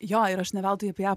jo ir aš ne veltui ją